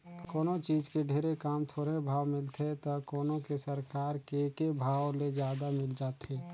कोनों चीज के ढेरे काम, थोरहें भाव मिलथे त कोनो के सरकार के के भाव ले जादा मिल जाथे